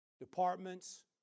departments